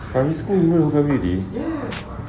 primary school you know the family already